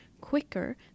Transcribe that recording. quicker